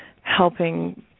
helping